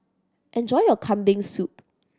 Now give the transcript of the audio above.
enjoy your Kambing Soup